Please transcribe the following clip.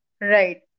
right